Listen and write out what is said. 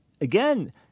again